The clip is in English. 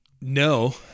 no